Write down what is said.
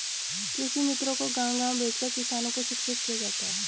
कृषि मित्रों को गाँव गाँव भेजकर किसानों को शिक्षित किया जाता है